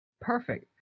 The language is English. Perfect